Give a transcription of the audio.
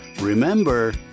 Remember